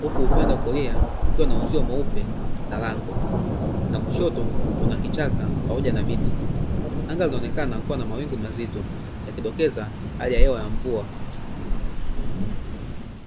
huku upande wa kulia kukiwa na uzio mweupe na lango na kushoto kuna kichaka pamoja na miti. Anga linaonekana kuwa na mawingu mazito, yakidokeza hali ya hewa ya mvua.